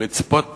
ולצפות